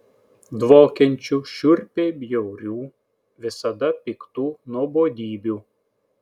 dvokiančių šiurpiai bjaurių visada piktų nuobodybių